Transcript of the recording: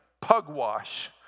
Pugwash